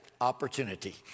opportunity